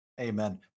Amen